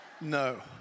no